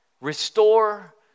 restore